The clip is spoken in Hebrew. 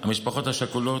המשפחות השכולות,